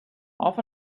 half